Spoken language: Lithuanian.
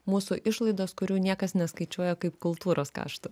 mūsų išlaidos kurių niekas neskaičiuoja kaip kultūros kaštus